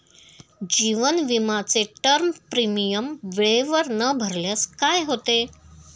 जीवन विमाचे term premium वेळेवर न भरल्यास काय होते?